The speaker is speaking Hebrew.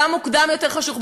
גם מחשיך מוקדם יותר בחורף,